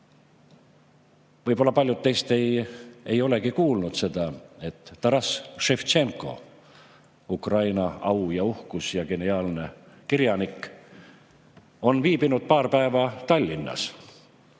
Võib-olla paljud teist ei olegi kuulnud, etTarass Ševtšenko, Ukraina au ja uhkus ja geniaalne kirjanik, on viibinud paar päeva Tallinnas.